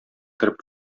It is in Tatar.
кереп